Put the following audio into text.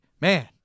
man